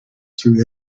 through